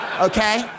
Okay